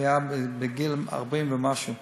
הוא היה בגיל 40 ומשהו.